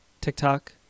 TikTok